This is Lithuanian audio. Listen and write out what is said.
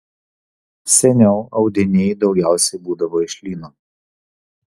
seniau audiniai daugiausiai būdavo iš lino